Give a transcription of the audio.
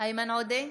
איימן עודה,